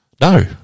No